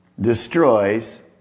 destroys